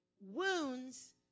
wounds